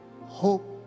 Hope